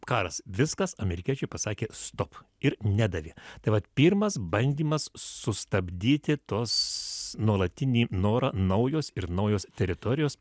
karas viskas amerikiečiai pasakė stop ir nedavė tai vat pirmas bandymas sustabdyti tos nuolatinį norą naujos ir naujos teritorijos